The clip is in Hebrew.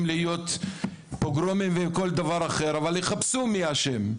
להיות שם פוגרומים או כל דבר אחר ויחפשו מי אשם,